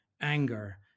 anger